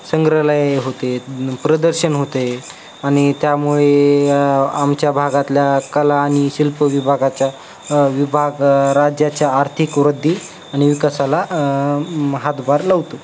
संग्रहालय होते प्रदर्शन होते आणि त्यामुळे आमच्या भागातल्या कला आणि शिल्प विभागाच्या विभाग राज्याच्या आर्थिक वृद्धी आणि विकासाला हातभार लावतो